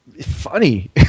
funny